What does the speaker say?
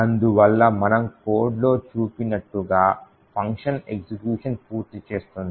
అందువల్ల మనం కోడ్ లో చూపినట్టుగా ఫంక్షన్ ఎగ్జిక్యూషన్ ను పూర్తి చేస్తోంది